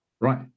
Right